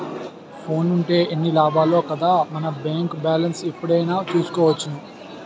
ఫోనుంటే ఎన్ని లాభాలో కదా మన బేంకు బాలెస్ను ఎప్పుడైనా చూసుకోవచ్చును